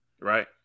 Right